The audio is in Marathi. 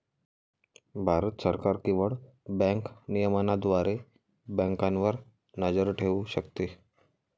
भारत सरकार केवळ बँक नियमनाद्वारे बँकांवर नजर ठेवू शकते